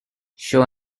show